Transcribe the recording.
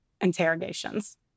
interrogations